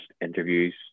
interviews